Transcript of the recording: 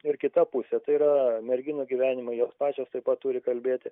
ir kita pusė tai yra merginų gyvenimą jos pačios taip pat turi kalbėti